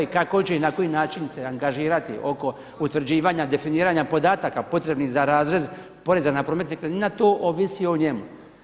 Kako će i na koji način se angažirati oko utvrđivanja definiranja podataka potrebnih za razrez poreza na promet nekretnina, to ovisi o njemu.